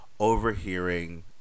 overhearing